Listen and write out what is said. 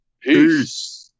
Peace